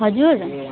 हजुर